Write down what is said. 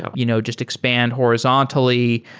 um you know just expand horizontally.